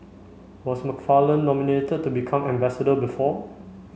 was McFarland nominated to become ambassador before